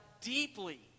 deeply